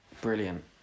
Brilliant